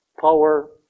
power